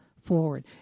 forward